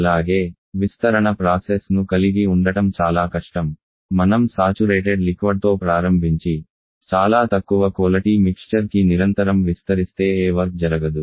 అలాగే విస్తరణ ప్రాసెస్ ను కలిగి ఉండటం చాలా కష్టం మనం సాచురేటెడ్ ద్రవంతో ప్రారంభించి చాలా తక్కువ నాణ్యత మిక్శ్చర్ కి నిరంతరం విస్తరిస్తే ఏ వర్క్ జరగదు